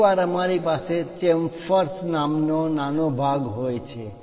કેટલીકવાર અમારી પાસે ચેમ્ફર્સ ઢાળવાળી કોર chamfer નામનો નાનો ભાગ હોય છે